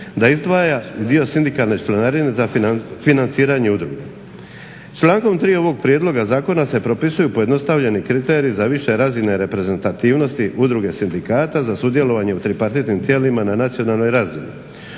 Da izdvaja dio sindikalne članarine za financiranje udruga. Člankom 3. ovog prijedloga zakona se propisuju pojednostavljeni kriteriji za više razine reprezentativnosti udruga sindikata za sudjelovanje u tripartitnim tijelima na nacionalnoj razini.